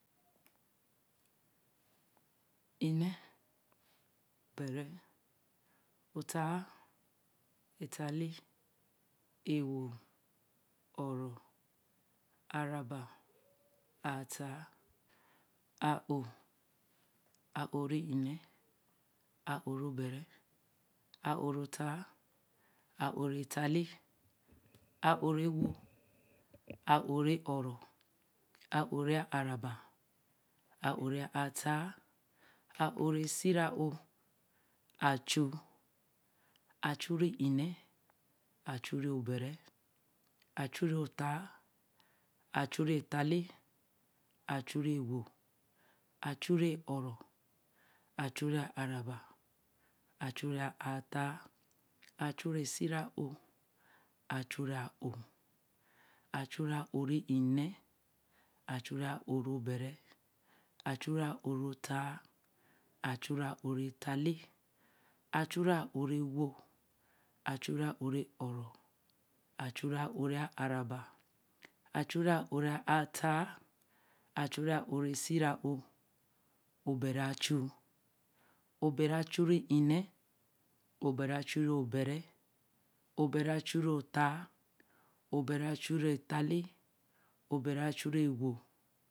en̄ee, bere, ttãa, ttãa lẽe, e-wo õ- rõ aa raba, ãa ttaa, sira õ a-o, õ re nẽe, a- o rẽe ne. ã- o reebere a- o rẽe ttãa, ã-o rẽe ttaa lẽe, ã- õ rẽe e- wo, a- õ rẽe oro, a- o ra ba ã- õ rẽe sira o. a- chuu, a- chuu rẽe ene. a- chu ree bere achu ree ttaa a- chu rẽe ttãa lẽe a- chu rẽe ẽ* wo a- chu ree ãa raba, a- chu ree ãa ttãa a- chu rẽe si ra õ. a- chu rẽe a- õ, a- chu rẽe õ re nẽe, a- chu rẽe õ re bere, a- chu rẽe õ re ttaa a- chu rẽe õ rettaa lẽe õ re õro a- chu rẽe õ re ãa raba. a* chu rẽe õ re ãa ttaa. a* chuu re nẽe o bere, a- chuu re bere, o bere a- chure ttãa o bete a- chure ttãa lẽe o bere a- chure ẽ- wo